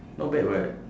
not bad [what]